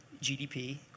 GDP